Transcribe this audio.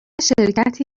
شرکتی